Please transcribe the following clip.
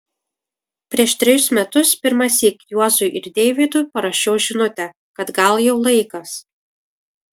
prieš trejus metus pirmąsyk juozui ir deivydui parašiau žinutę kad gal jau laikas